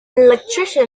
electrician